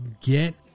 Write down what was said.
Get